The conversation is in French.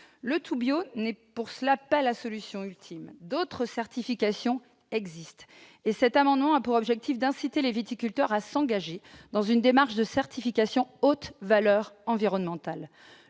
Le « tout bio » n'est pas la solution ultime ; d'autres certifications existent. Cet amendement vise à inciter les viticulteurs à s'engager dans une démarche de certification haute valeur environnementale.